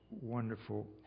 wonderful